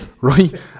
right